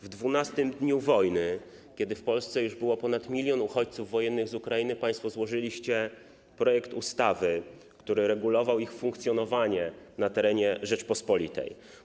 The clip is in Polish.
W 12. dniu wojny, kiedy w Polsce już było ponad 1 mln uchodźców wojennych z Ukrainy, państwo złożyliście projekt ustawy, który regulował ich funkcjonowanie na terenie Rzeczypospolitej.